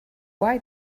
why